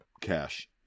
Cash